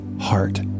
heart